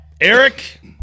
Eric